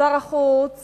שר החוץ